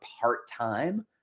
part-time